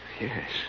Yes